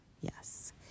yes